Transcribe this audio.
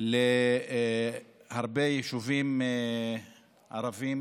להרבה יישובים ערביים